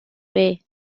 way